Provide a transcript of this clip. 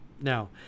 Now